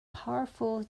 powerful